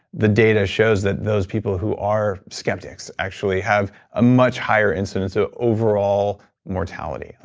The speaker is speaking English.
the data shows that those people who are skeptics actually have a much higher incidence of overall mortality.